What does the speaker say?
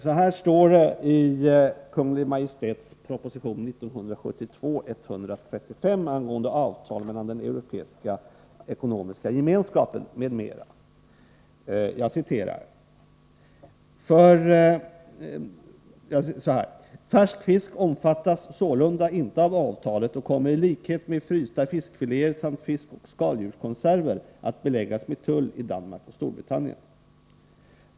Så här står det i Kungl. Majt:s proposition 1972:135 angående avtal med den Europeiska ekonomiska gemenskapen, m.m.: 25 ”Färsk fisk omfattas sålunda inte av avtalet och kommer i likhet med frysta fiskfiléer samt fiskoch skaldjurskonserver att beläggas med tull i Danmark och Storbritannien.